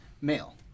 Male